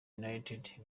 united